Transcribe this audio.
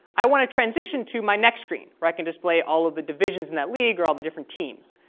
i want to transition to my next screen where i can display all of the divisions in that league or all the different teams.